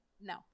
No